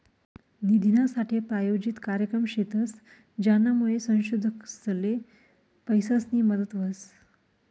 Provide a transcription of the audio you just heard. निधीनासाठे प्रायोजित कार्यक्रम शेतस, ज्यानामुये संशोधकसले पैसासनी मदत व्हस